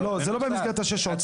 לא, זה לא במסגרת השש שעות.